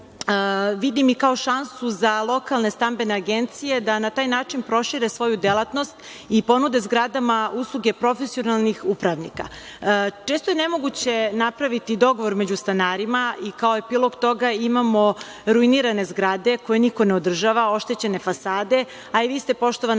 vidim i kao šansu za lokalne stambene agencije da na taj način prošire svoju delatnost i ponude zgradama usluge profesionalnih upravnika. Često je nemoguće napraviti dogovor među stanarima i kao epilog toga imamo ruinirane zgrade koje niko ne održava, oštećene fasade, a i vi ste, poštovana